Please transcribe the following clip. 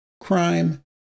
crime